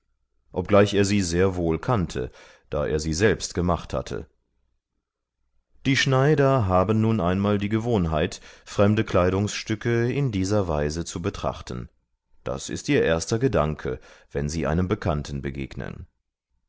obgleich er sie sehr wohl kannte da er sie selbst gemacht hatte die schneider haben nun einmal die gewohnheit fremde kleidungsstücke in dieser weise zu betrachten das ist ihr erster gedanke wenn sie einem bekannten begegnen